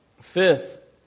Fifth